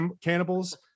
cannibals